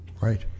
Right